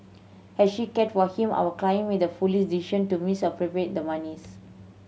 as she cared for him our client made the foolish decision to misappropriate the monies